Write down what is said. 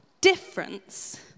difference